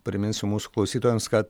priminsiu mūsų klausytojams kad